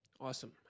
Awesome